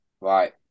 Right